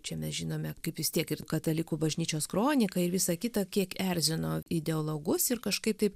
čia mes žinome kaip jis tiek ir katalikų bažnyčios kronika ir visą kitą kiek erzino ideologus ir kažkaip taip